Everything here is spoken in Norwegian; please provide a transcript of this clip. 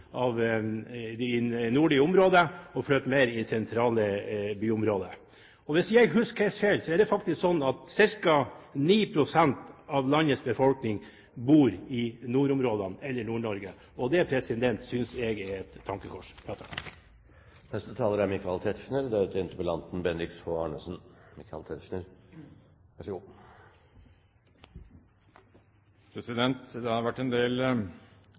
nordlige områdene og til mer sentrale byområder. Hvis jeg ikke husker feil, er det faktisk sånn at ca. 9 pst. av landets befolkning bor i nordområdene eller i Nord-Norge. Det synes jeg er et tankekors. Det har vært en del henvisninger til debatter både i Nordisk Råd og andre sammenhenger. Jeg har